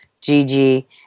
Gigi